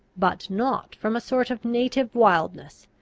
but not from a sort of native wildness,